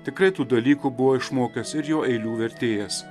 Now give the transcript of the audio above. tikrai tų dalykų buvo išmokęs ir jo eilių vertėjas